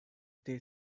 they